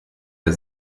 der